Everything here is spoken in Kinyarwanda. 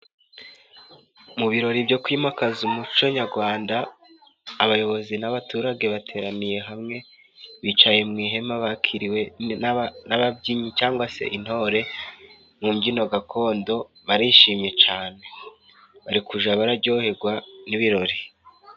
Mu birori byo kwimakaza umuco nyarwanda, abayobozi n'abaturage bateraniye hamwe bicaye mu ihema, bakiriwe n'ababyinnyi cyangwa se intore mu mbyino gakondo barishimye cane, bari kuja barararyoherwa n'ibirori.